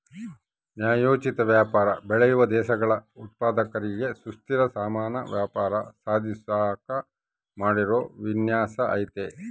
ನ್ಯಾಯೋಚಿತ ವ್ಯಾಪಾರ ಬೆಳೆಯುವ ದೇಶಗಳ ಉತ್ಪಾದಕರಿಗೆ ಸುಸ್ಥಿರ ಸಮಾನ ವ್ಯಾಪಾರ ಸಾಧಿಸಾಕ ಮಾಡಿರೋ ವಿನ್ಯಾಸ ಐತೆ